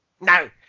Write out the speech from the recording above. no